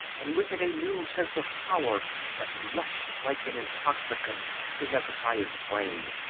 and with it a new sense of power that rushed like an intoxicant to hezekiah's brain.